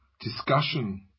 discussion